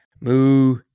moo